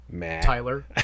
Tyler